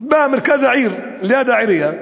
במרכז העיר ליד העירייה,